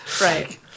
Right